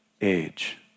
age